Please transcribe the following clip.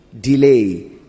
delay